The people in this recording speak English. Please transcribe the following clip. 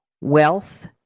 Wealth